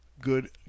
Good